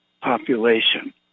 population